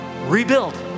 rebuild